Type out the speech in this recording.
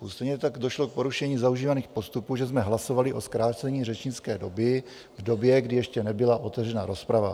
Stejně tak došlo k porušení zaužívaných postupů, že jsme hlasovali o zkrácení řečnické doby v době, kdy ještě nebyla otevřena rozprava.